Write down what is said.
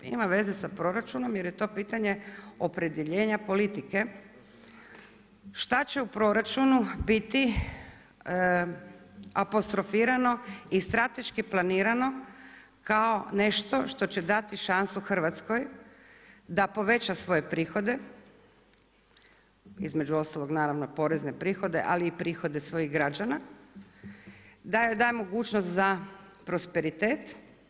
Ima veze sa proračunom jer je to pitanje opredjeljenja politike šta će u proračunu biti apostrofirano i strateški planirano kao nešto što će dati šansu Hrvatskoj da poveća svoje prihode, između ostalog naravno porezne prihode ali i prihode svojih građana, da joj da mogućnost za prosperitet.